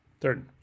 Third